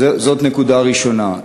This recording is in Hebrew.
זאת נקודה ראשונה.